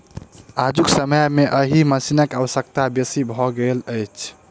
आजुक समय मे एहि मशीनक आवश्यकता बेसी भ गेल अछि